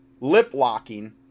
lip-locking